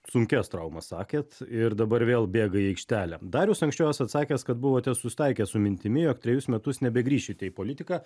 sunkias traumas sakėt ir dabar vėl bėga į aikštelę dar jūs anksčiau esate sakęs kad buvote susitaikęs su mintimi jog trejus metus nebegrįšite į politiką